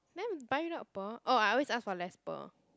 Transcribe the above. then buy without pearl oh I always ask for less pearl